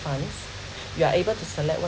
funds you are able to select what